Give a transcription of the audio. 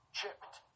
chipped